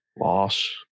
Loss